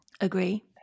Agree